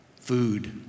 food